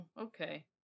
okay